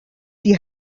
die